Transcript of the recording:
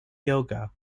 yoga